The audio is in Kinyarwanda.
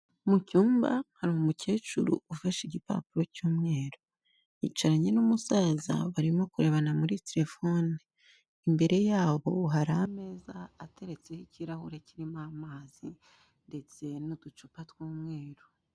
Mu cyumba hari umukecuru ufashe igipapuro cy'umweru, yicaranye n'umusaza barimo kurebana muri telefone, imbere yabo hari ameza ateretseho ikirahure kirimo amazi ndetse n'uducupa tw'umweru.